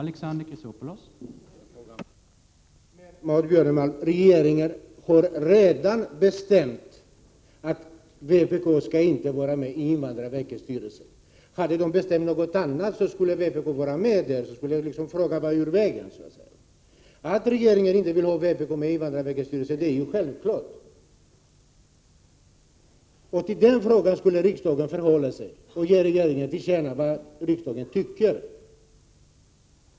Herr talman! Regeringen har redan bestämt, Maud Björnemalm, att vpk inte får sitta med i invandrarverkets styrelse. Hade den bestämt något annat skulle det ha inneburit att vpk skulle ha varit representerat. Då skulle frågan vara ur världen, så att säga. Att regeringen inte vill ha vpk med i invandrarverkets styrelse är uppenbart. I den frågan skulle riksdagen ge regeringen till känna vad riksdagen tycker.